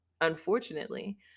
unfortunately